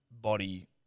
body